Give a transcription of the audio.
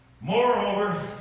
Moreover